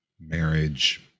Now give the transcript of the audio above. marriage